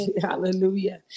Hallelujah